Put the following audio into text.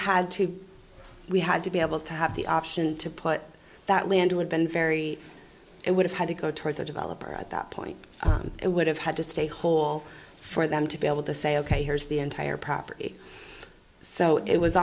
had to we had to be able to have the option to put that land who had been very it would have had to go towards a developer at that point it would have had to stay whole for them to be able to say ok here's the entire property so it was